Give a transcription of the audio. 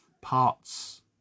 parts